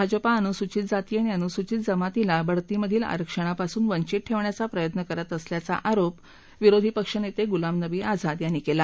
भाजपा अनुसूचित जाती आणि अनुसूचित जमातीला बढतीमधील आरक्षणापासून वंचित ठेवण्याचा प्रयत्न करत असल्याचा आरोप विरोधी पक्षनेते गुलाम नवी आझाद यांनी केला